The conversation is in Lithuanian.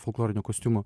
folklorinio kostiumo